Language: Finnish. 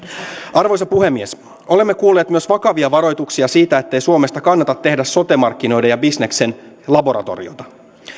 arvoisa puhemies olemme kuulleet myös vakavia varoituksia siitä ettei suomesta kannata tehdä sote markkinoiden ja bisneksen laboratoriota